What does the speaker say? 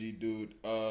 dude